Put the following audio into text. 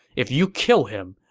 if you kill him,